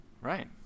Right